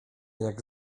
jak